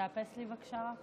תאפס לי, בבקשה.